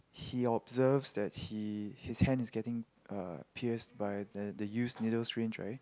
he observes that he his hand is getting uh pierced by the the used needle syringe right